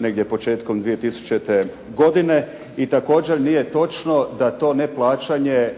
negdje početkom 2000. godine i također nije točno da to neplaćanje